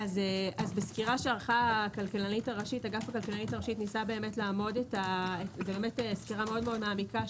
בסקירה שערכה אגף הכלכלנית הראשית זו סקירה מאוד מעמיקה,